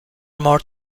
more